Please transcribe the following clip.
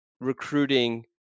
recruiting